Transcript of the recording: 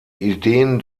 ideen